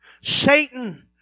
Satan